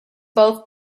both